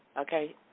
Okay